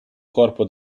corpo